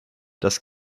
das